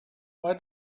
why